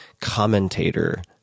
commentator